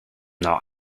not